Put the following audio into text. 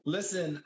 Listen